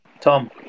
tom